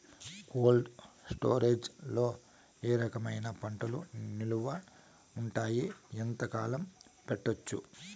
Cold storage లో ఏ రకమైన పంటలు నిలువ ఉంటాయి, ఎంతకాలం పెట్టొచ్చు?